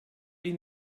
iyi